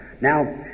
Now